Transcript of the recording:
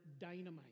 dynamite